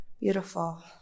beautiful